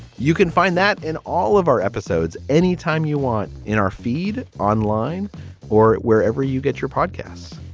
you can find that in all of our episodes. anytime you want in our feed online or wherever you get your podcasts.